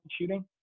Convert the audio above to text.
shooting